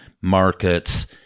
markets